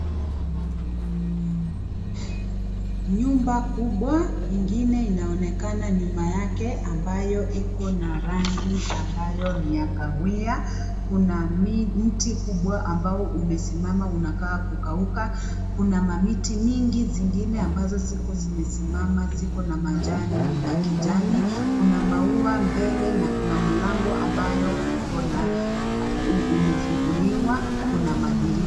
Nyumba kubwa, ingine inaonekana nyuma yake ambayo iko na rangi ambayo ni ya kahawia. Kuna mti kubwa ambao umesimama unakaa kukauka kuna mamiti mingi zingine ambazo ziko zimesimama ziko na majana ya kijani kuna maua mbele na kuna mlango ambayo uko na umefunguliwa, kuna madirisha.